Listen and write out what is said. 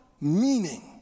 meaning